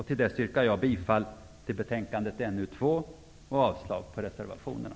Tills dess yrkar jag bifall till utskottets hemställan i betänkande NU2 och avslag på reservationerna.